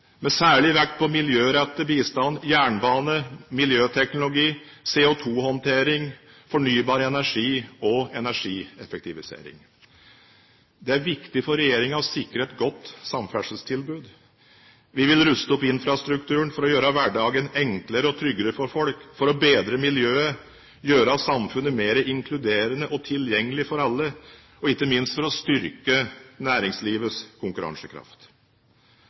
med særlig vekt på miljørettet bistand, jernbane, miljøteknologi, CO2-håndtering, fornybar energi og energieffektivisering. Det er viktig for regjeringen å sikre et godt samferdselstilbud. Vi vil ruste opp infrastrukturen for å gjøre hverdagen enklere og tryggere for folk, for å bedre miljøet, gjøre samfunnet mer inkluderende og tilgjengelig for alle, og ikke minst for å styrke næringslivets konkurransekraft.